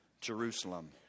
Jerusalem